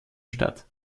statt